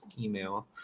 email